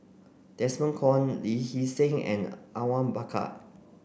Desmond Kon Lee Hee Seng and Awang Bakar